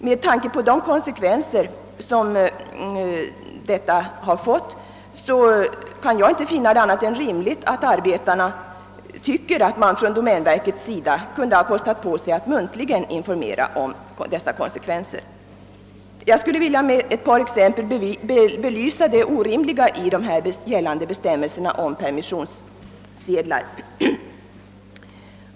Med tanke på de konsekvenser detta fått kan jag inte finna det annat än rimligt att domänverket kunde ha kostat på sig att muntligen informera om vad som skulle gälla. Jag vill med ett par exempel belysa det orimliga i de gällande bestämmelserna om permissionssedlar.